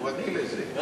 הוא רגיל לזה.